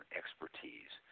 expertise